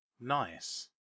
Nice